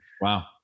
wow